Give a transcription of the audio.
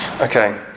Okay